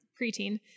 preteen